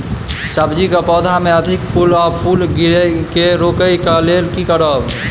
सब्जी कऽ पौधा मे अधिक फूल आ फूल गिरय केँ रोकय कऽ लेल की करब?